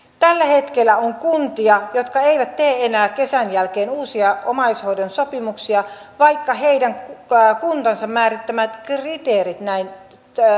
tällä hetkellä on kuntia jotka eivät tee enää kesän jälkeen uusia omaishoitosopimuksia vaikka heidän kuntansa määrittämät kriteerit näin ilmaisisivat